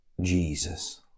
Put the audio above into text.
Jesus